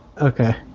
Okay